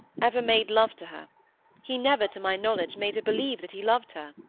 ever made love to her he never, to my knowledge, made her believe that he loved her